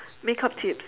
makeup tips